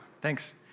thanks